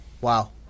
Wow